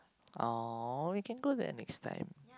[aw] we can go there next time